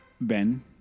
Ben